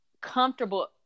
comfortable